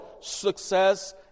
success